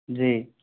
जी